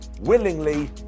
willingly